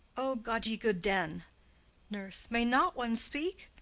o, god-i-god-en! nurse. may not one speak?